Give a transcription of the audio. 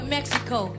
Mexico